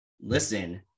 listen